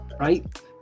right